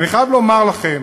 אני חייב לומר לכם